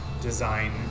design